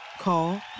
Call